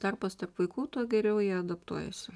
tarpas tarp vaikų tuo geriau jie adaptuojasi